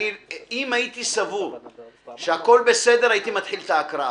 אם הייתי סבור שהכול בסדר, הייתי מתחיל את ההקראה.